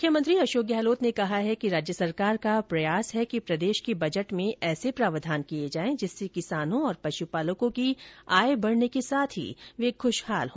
मुख्यमंत्री अशोक गहलोत ने कहा है कि राज्य सरकार का प्रयास है कि प्रदेश के बजट में ऐसे प्रावधान किए जाए जिससे किसानों और पशुपालकों की आय बढ़ने के साथ ही वे खुशहाल हो